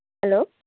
hello